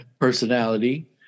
personality